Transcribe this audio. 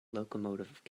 locomotive